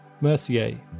Mercier